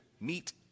meet